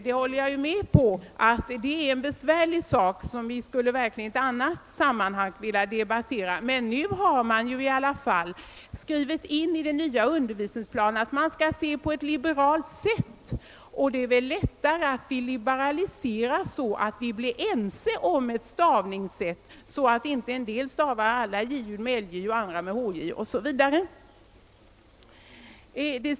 Jag håller med om att det är en besvärlig sak, som vi verkligen skulle behöva debattera i något annat sammanhang. Nu är det i alla fall inskrivet i den nya undervisningsplanen att man skall vara liberal, och det är lättare att liberalisera, om vi kan bli ense om ett sådant stavningssätt att inte en del stavar med lj, andra med hj 0. S. V.